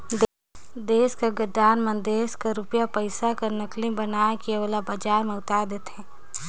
देस कर गद्दार मन देस कर रूपिया पइसा कर नकली बनाए के ओला बजार में उताएर देथे